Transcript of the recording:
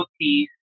piece